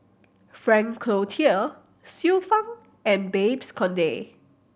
Frank Cloutier Xiu Fang and Babes Conde